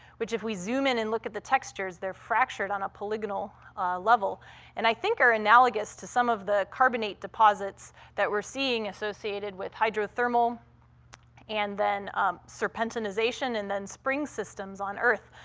which, if we zoom in and look at the textures, they're fractured on a polygonal level and i think are analogous to some of the carbonate deposits that we're seeing associated with hydrothermal and then serpentinization and then spring systems on earth.